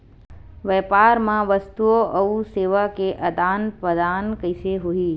व्यापार मा वस्तुओ अउ सेवा के आदान प्रदान कइसे होही?